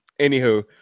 anywho